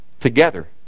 together